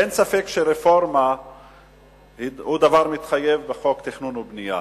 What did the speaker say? אין ספק שרפורמה בחוק התכנון והבנייה